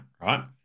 right